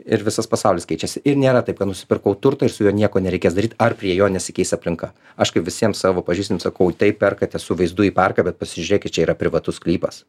ir visas pasaulis keičiasi ir nėra taip kad nusipirkau turtą ir su juo nieko nereikės daryt ar prie jo nesikeis aplinka aš kaip visiems savo pažįstant sakau tai perkate su vaizdu į parką bet pasižiūrėkit čia yra privatus sklypas